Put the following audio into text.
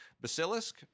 Basilisk